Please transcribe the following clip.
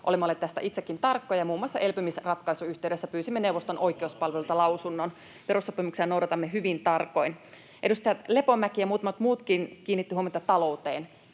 olemalla tästä itsekin tarkkoja. Muun muassa elpymisratkaisun yhteydessä pyysimme neuvoston oikeuspalvelulta lausunnon. Perussopimuksia noudatamme hyvin tarkoin. Edustaja Lepomäki ja muutamat muutkin kiinnittivät huomiota talouteen.